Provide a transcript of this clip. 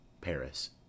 Paris